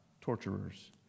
torturers